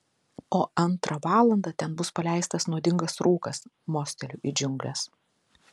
o antrą valandą ten bus paleistas nuodingas rūkas mosteliu į džiungles